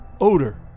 odor